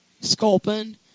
sculpin